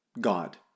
God